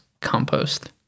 compost